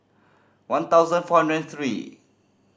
one thousand four hundred and three